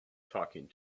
talking